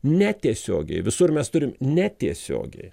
netiesiogiai visur mes turim netiesiogiai